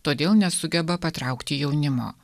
todėl nesugeba patraukti jaunimo